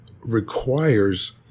requires